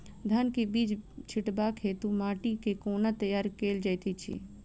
धान केँ बीज छिटबाक हेतु माटि केँ कोना तैयार कएल जाइत अछि?